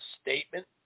statement